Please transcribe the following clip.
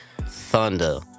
Thunder